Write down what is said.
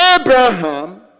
Abraham